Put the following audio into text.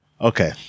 Okay